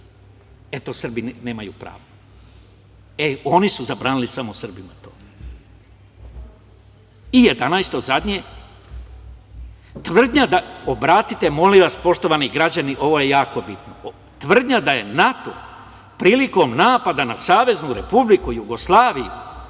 Eto, Srbi nemaju pravo. Oni su zabranili samo Srbima to.I jedanaesto zadnje – obratite molim vas poštovani građani ovo je jako bitno – tvrdnja da je NATO prilikom napada na Saveznu Republiku Jugoslaviju